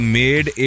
made